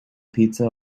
pizza